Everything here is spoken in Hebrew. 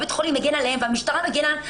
בית החולים מגן עליהם והמשטרה מגינה.